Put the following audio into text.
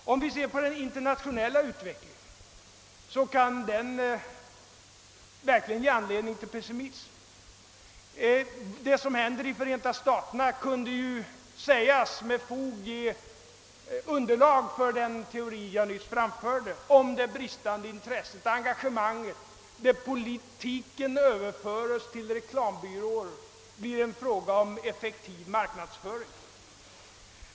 Ser vi på den internationella utvecklingen finner vi att den verkligen kan ge anledning till pessimism. Det som händer i Förenta staterna kan ju med fog sägas ge underlag för den teori jag nyss framförde om det bristande intresset och engagemanget, varvid politiken överförs till reklambyråer och blir en fråga om effektiv marknadsföring.